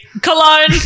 Cologne